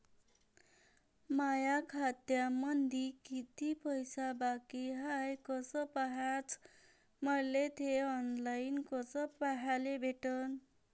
माया खात्यामंधी किती पैसा बाकी हाय कस पाह्याच, मले थे ऑनलाईन कस पाह्याले भेटन?